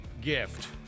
gift